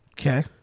Okay